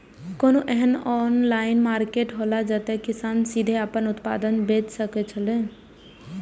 कोनो एहन online market हौला जते किसान सीधे आपन उत्पाद बेच सकेत छला?